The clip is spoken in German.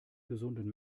gesunden